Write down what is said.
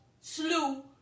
slew